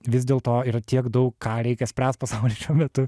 vis dėlto yra tiek daug ką reikia spręst pasaulyje šiuo metu